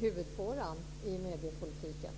huvudfåran i medierna?